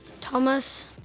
Thomas